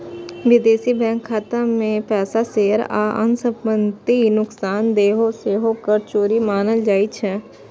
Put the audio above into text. विदेशी बैंक खाता मे पैसा, शेयर आ अन्य संपत्ति नुकेनाय सेहो कर चोरी मानल जाइ छै